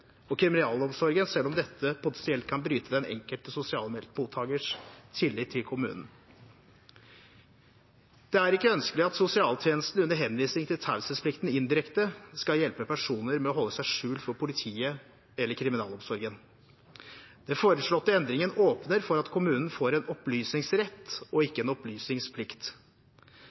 og kriminalomsorgen selv om dette potensielt kan bryte den enkelte sosialhjelpsmottakers tillit til kommunen. Det er ikke ønskelig at sosialtjenesten under henvisning til taushetsplikten indirekte skal hjelpe personer med å holde seg skjult for politiet eller kriminalomsorgen. Den foreslåtte endringen åpner for at kommunen får en opplysningsrett og ikke en opplysningsplikt.